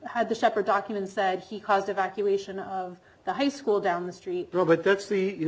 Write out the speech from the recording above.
had the separate documents that he caused evacuation of the high school down the street